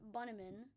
Bunneman